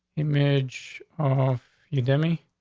image, ah, you dummy.